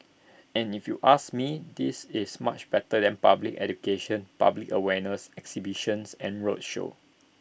and if you ask me this is much better than public education public awareness exhibitions and roadshow